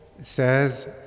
says